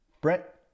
Brett